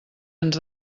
ens